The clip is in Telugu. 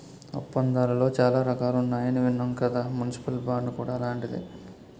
ఒప్పందాలలో చాలా రకాలున్నాయని విన్నాం కదా మున్సిపల్ బాండ్ కూడా అలాంటిదే